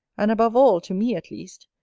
and above all, to me at least,